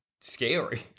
scary